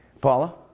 Paula